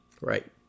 Right